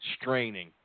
straining